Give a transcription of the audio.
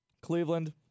Cleveland